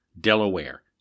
Delaware